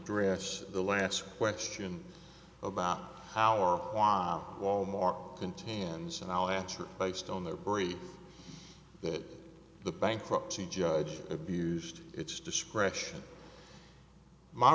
dress the last question about how or why wal mart contains and i'll answer based on their brief that the bankruptcy judge abused its discretion my